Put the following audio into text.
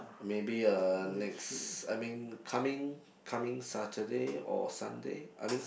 maybe uh next I mean coming coming Saturday or Sunday I mean